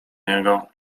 niego